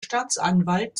staatsanwalt